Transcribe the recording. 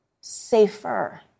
safer